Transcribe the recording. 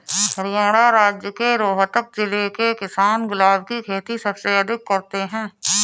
हरियाणा राज्य के रोहतक जिले के किसान गुलाब की खेती सबसे अधिक करते हैं